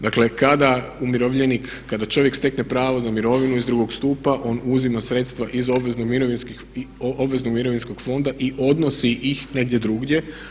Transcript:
Dakle kada umirovljenik, kada čovjek stekne pravo za mirovinu iz drugog stupa on uzima sredstva iz obveznog mirovinskog fonda i odnosi ih negdje drugdje.